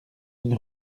une